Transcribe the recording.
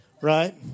right